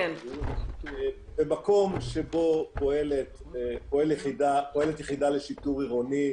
במקום שבו פועלת יחידה לשיטור עירוני,